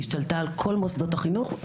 השתלטה על כל מוסדות החינוך.